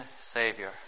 Savior